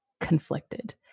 conflicted